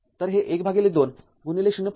तरते १२ ०